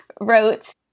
wrote